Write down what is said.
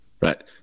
right